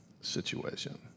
situation